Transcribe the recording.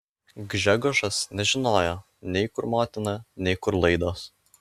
gžegožas nežinojo nei kur motina nei kur laidos